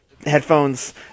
headphones